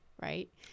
right